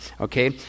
okay